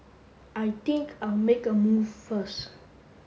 I think I'll make a move first